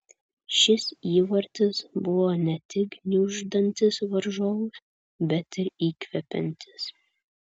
šis įvartis buvo ne tik gniuždantis varžovus bet ir įkvepiantis